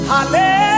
Hallelujah